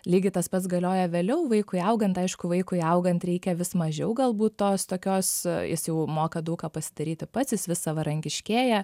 lygiai tas pats galioja vėliau vaikui augant aišku vaikui augant reikia vis mažiau galbūt tos tokios jis jau moka daug ką pasidaryti pats jis vis savarankiškėja